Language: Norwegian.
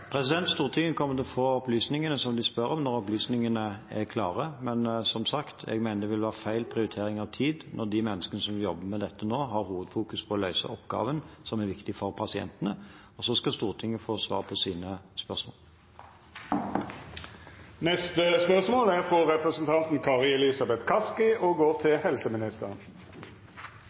Stortinget kommer til å få opplysningene som de spør om, når opplysningene er klare, men som sagt mener jeg det blir feil prioritering av tid når de menneskene som jobber med dette nå, har hovedfokus på å løse oppgaven som er viktig for pasientene, og så skal Stortinget få svar på sine spørsmål. «Statsråden har en rekke ganger henvist til at det er over 100 pst. dekning i beredskapen, samtidig som leger og